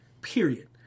Period